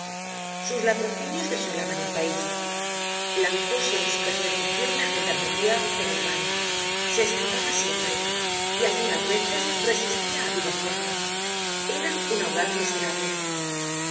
sus latrocinios desolaban el pais lanzóse en su persecucion la gendarmería pero en vano se escapaba siempre y algunas veces resistia á viva fuerza era un audaz miserable en